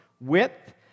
width